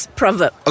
proverb